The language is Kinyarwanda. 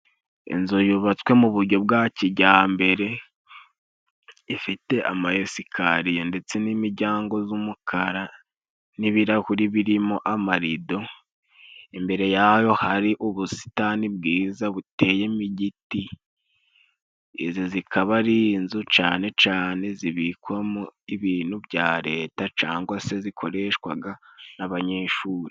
Inzu yubatswe mu bujyo bwa kijyambere ifite ama esikariye ndetse n'imijyango z'umukara n'ibirahuri birimo amarido, imbere yayo hari ubusitani bwiza buteyemo igiti, izi zikaba ari inzu cane cane zibikwamo ibintu bya leta cangwa se zikoreshwaga n'abanyeshuri.